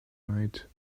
night